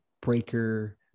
Breaker